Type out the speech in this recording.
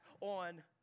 on